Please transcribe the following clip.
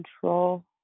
control